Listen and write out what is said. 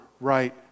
right